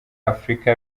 afurika